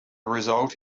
result